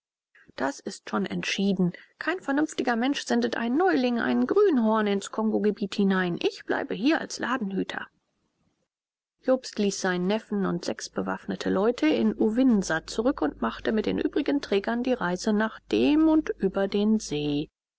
das ist schon entschieden kein vernünftiger mensch sendet einen neuling ein grünhorn ins kongogebiet hinein ich bleibe hier als ladenhüter jobst ließ seinen neffen und sechs bewaffnete leute in uvinsa zurück und machte mit den übrigen trägern die reise nach dem und über den see